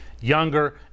younger